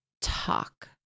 talk